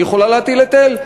היא יכולה להטיל היטל,